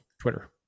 twitter